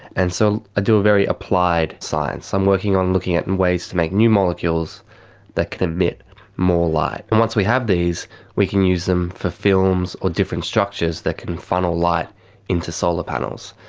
and so i do a very applied science. i'm working on looking at and ways to make new molecules that can emit more light. and once we have these we can use them for films or different structures that can funnel light into solar panels.